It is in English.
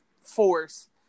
force